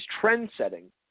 trend-setting